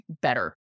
better